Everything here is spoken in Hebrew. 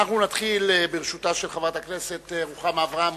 ברשות חברת הכנסת רוחמה אברהם,